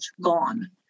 gone